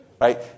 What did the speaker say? Right